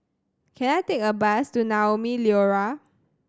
can I take a bus to Naumi Liora